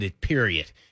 Period